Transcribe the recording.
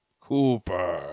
Cooper